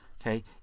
Okay